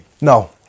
no